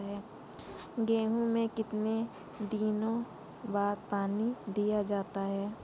गेहूँ में कितने दिनों बाद पानी दिया जाता है?